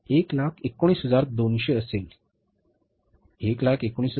हे 119200 असेल बरोबर